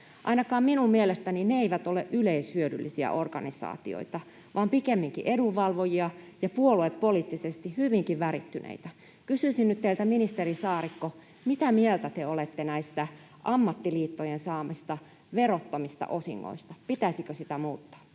Ainakaan minun mielestäni ne eivät ole yleishyödyllisiä organisaatioita, vaan pikemminkin edunvalvojia ja puoluepoliittisesti hyvinkin värittyneitä. Kysyisin nyt teiltä, ministeri Saarikko: mitä mieltä te olette näistä ammattiliittojen saamista verottomista osingoista, pitäisikö niitä muuttaa?